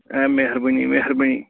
A مہربٲنی مہربٲنی